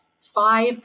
Five